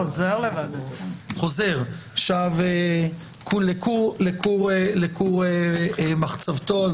וביטחון, לכור מחצבתו.